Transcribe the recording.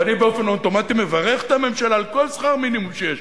ואני באופן אוטומטי מברך את הממשלה על כל שכר מינימום שיש,